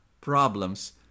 problems